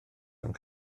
rhwng